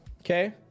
okay